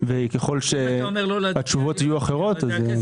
וככל שהתשובות יהיו אחרות --- מיכאל,